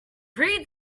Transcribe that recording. read